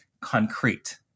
concrete